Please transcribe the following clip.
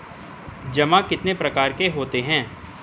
जमा कितने प्रकार के होते हैं?